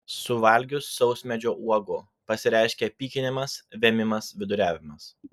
suvalgius sausmedžio uogų pasireiškia pykinimas vėmimas viduriavimas